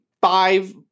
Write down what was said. five